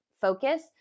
focus